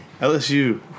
LSU